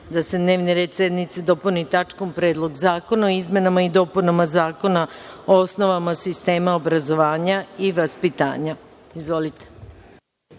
da se dnevni red sednice dopuni tačkom – Predlog zakona o izmenama i dopunama Zakona o osnovama sistema obrazovanja i vaspitanja. Izvolite.